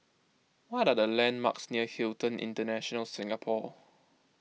what are the landmarks near Hilton International Singapore